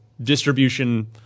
distribution